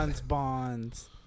Bonds